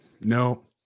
No